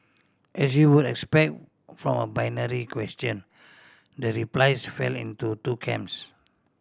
as you would expect from a binary question the replies fell into two camps